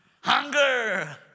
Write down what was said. hunger